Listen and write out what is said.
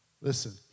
Listen